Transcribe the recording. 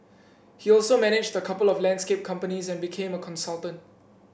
he also managed a couple of landscape companies and became a consultant